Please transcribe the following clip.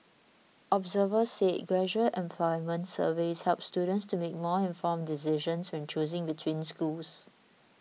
observers said graduate employment surveys help students to make more informed decisions when choosing between schools